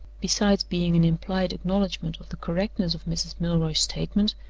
besides being an implied acknowledgment of the correctness of mrs. milroy's statement,